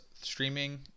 streaming